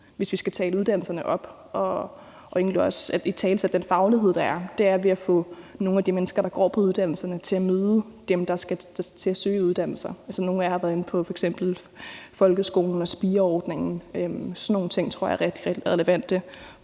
hvis vi skal tale uddannelserne op og egentlig også italesætte den faglighed, der er, er at få nogle af de mennesker, der går på uddannelserne, til at møde dem, der skal til at søge uddannelse. Altså, nogle af jer har været inde på f.eks. folkeskolen og spireordningen. Sådan nogle ting tror jeg er rigtig, rigtig